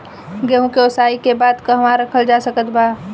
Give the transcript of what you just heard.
गेहूँ के ओसाई के बाद कहवा रखल जा सकत बा?